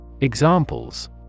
Examples